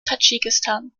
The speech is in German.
tadschikistan